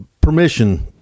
permission